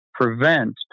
prevent